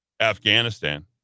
Afghanistan